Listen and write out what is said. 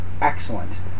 excellent